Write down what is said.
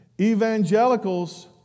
Evangelicals